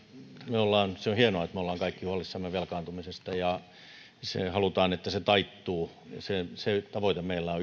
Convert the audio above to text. minusta se on hienoa että me olemme kaikki huolissamme velkaantumisesta ja haluamme että se taittuu se tavoite meillä on